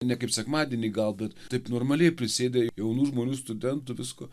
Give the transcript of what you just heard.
ne kaip sekmadienį gal bet taip normaliai prisėdę jaunų žmonių studentų visko